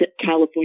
California